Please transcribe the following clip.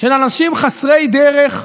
של אנשים חסרי דרך,